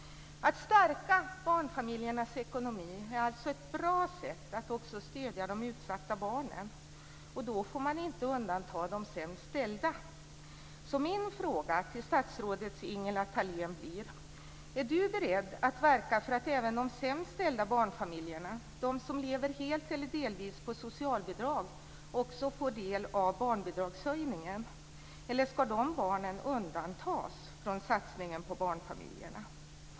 Att stärka barnfamiljernas ekonomi är alltså ett bra sätt att också stödja de utsatta barnen. Då får man inte undanta de sämst ställda. Min fråga till statsrådet Ingela Thalén blir om hon är beredd att verka för att även de sämst ställda barnfamiljerna - de som lever helt eller delvis på socialbidrag - också får del av barnbidragshöjningen. Ska de barnen kanske undantas från satsningen på barnfamiljerna?